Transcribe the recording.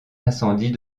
incendie